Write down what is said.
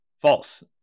False